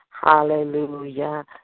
Hallelujah